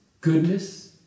goodness